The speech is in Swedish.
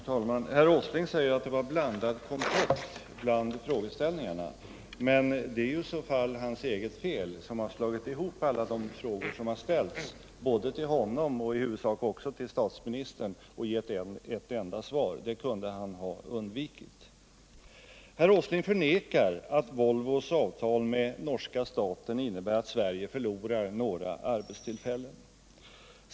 Herr talman! Herr Åsling säger att det var blandad kompott bland frågeställningarna, men det är i så fall hans eget fel, eftersom han slagit ihop alla de frågor som har ställts både till honom och i huvudsak också till statsministern och givit ett enda svar. Det kunde han ha undvikit. Herr Åsling förnekar att Volvos avtal med norska staten innebär att Sverige förlorar några arbetstillfällen.